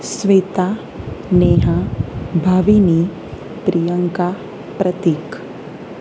શ્વેતા નેહા ભાવિની પ્રિયંકા પ્રતીક